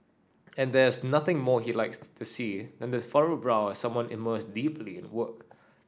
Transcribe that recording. and there's nothing more he likes to see than the furrowed brow of someone immersed deeply in work